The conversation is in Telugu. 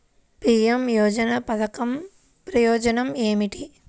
పీ.ఎం యోజన పధకం ప్రయోజనం ఏమితి?